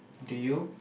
do you